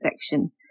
section